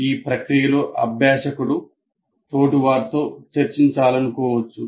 ఈ ప్రక్రియలో అభ్యాసకుడు తోటివారితో చర్చించాలనుకోవచ్చు